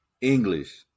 English